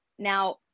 Now